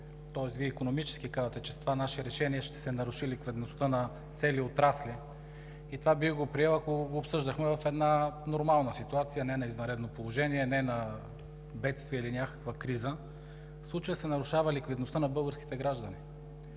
че то е икономически, казвате, че с това наше решение ще се наруши ликвидността на цели отрасли, това бих го приел, ако го обсъждахме в една нормална ситуация, не на извънредно положение, не на бедствие или някаква криза. В случая се нарушава ликвидността на българските граждани.